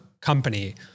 company